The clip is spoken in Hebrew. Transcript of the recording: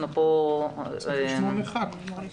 אנחנו מסכנים את הנוסעים האחרים.